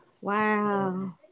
Wow